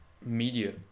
media